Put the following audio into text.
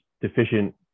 deficient